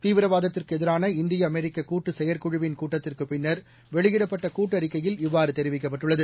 தீவிரவாத்திற்கு எதிரான இந்திய அமெரிக்க கூட்டு செயற்குழுவின் கூட்டத்திற்குப் பின்னர் வெளியிடப்பட்ட கூட்டறிக்கையில் இவ்வாறு தெரிவிக்கப்பட்டுள்ளது